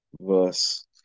verse